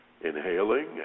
inhaling